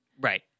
Right